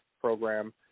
program